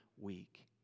week